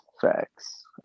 Facts